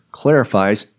clarifies